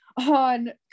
on